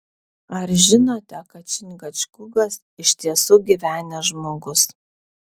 ar žinote kad čingačgukas iš tiesų gyvenęs žmogus